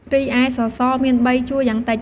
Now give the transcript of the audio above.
រីឯសសរមាន៣ជួរយ៉ាងតិច។